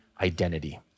identity